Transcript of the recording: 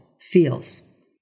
feels